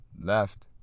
left